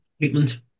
treatment